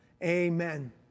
Amen